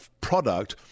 product